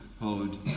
hold